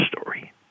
story